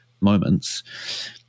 moments